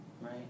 right